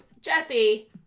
Jesse